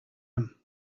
him